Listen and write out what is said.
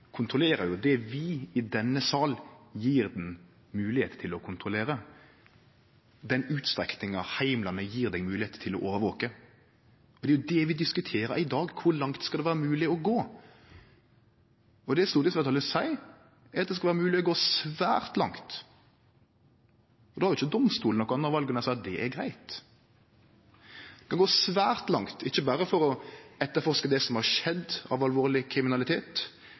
kontrollerer det vi i denne salen gjev han moglegheita til å kontrollere – den utstrekninga heimlane gjev han moglegheit til å overvake. Det er det vi diskuterer i dag: Kor langt skal det vere mogleg å gå? Det stortingsfleirtalet seier, er at det skal vere mogleg å gå svært langt. Då har ikkje domstolane noko anna val enn å seie at det er greitt. Ein kan gå svært langt – ikkje berre for å etterforske det som har skjedd av alvorleg kriminalitet,